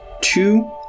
Two